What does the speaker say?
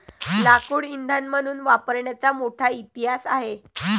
लाकूड इंधन म्हणून वापरण्याचा मोठा इतिहास आहे